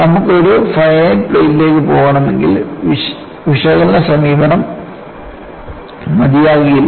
നമുക്ക് ഒരു ഫൈനൈറ്റ് പ്ലേറ്റിലേക്ക് പോകണമെങ്കിൽ വിശകലന സമീപനം മതിയാകില്ല